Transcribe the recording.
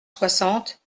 soixante